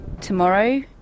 tomorrow